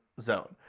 zone